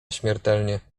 śmiertelnie